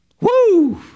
Woo